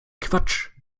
quatsch